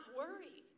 worry